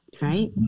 Right